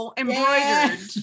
embroidered